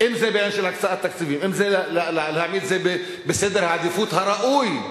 אם בעניין של הקצאת תקציבים ואם להעמיד את זה בסדר העדיפויות הראוי.